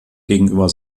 gegenüber